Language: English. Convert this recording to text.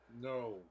No